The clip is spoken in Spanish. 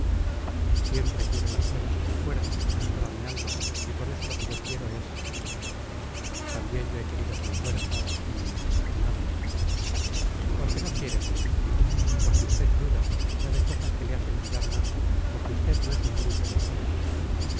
siempre quiero las cosas con fuerza con toda mi alma y por eso lo que yo quiero es también yo he querido con fuerza y nada porque no quiere como es debido porque usted duda y sabe cosas que le hacen dudar más porque usted no es un bruto del querer